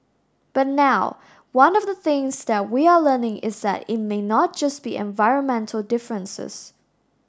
but now one of the things that we are learning is that it may not be just environmental differences